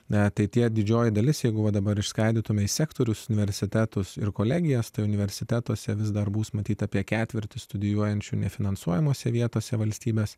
net tie didžioji dalis jeigu dabar išskaidytumėme į sektorius universitetus ir kolegijas tai universitetuose vis dar bus matyt apie ketvirtį studijuojančių nefinansuojamose vietose valstybės